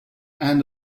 and